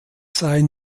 seien